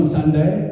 Sunday